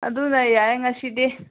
ꯑꯗꯨꯅ ꯌꯥꯏ ꯉꯁꯤꯗꯤ